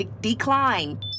decline